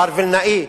מר וילנאי,